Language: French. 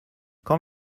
quand